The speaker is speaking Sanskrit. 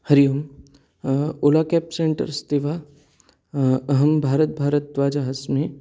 हरिः ओम् ओला केब् सेण्टर् अस्ति वा अहं भारद्वाज अस्मि